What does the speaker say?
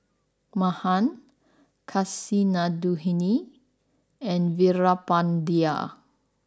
Mahan Kasinadhuni and Veerapandiya